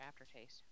aftertaste